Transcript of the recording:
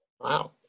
Wow